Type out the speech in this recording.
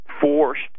forced